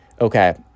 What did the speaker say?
okay